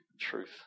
truth